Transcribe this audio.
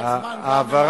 שיישאר זמן גם,